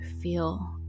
feel